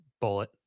Bullet